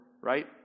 right